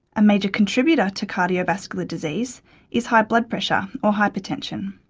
a major contributor to cardiovascular disease is high blood pressure or hypertension,